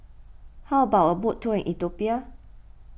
how about a boat tour in Ethiopia